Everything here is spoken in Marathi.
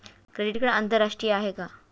क्रेडिट कार्ड आंतरराष्ट्रीय आहे का?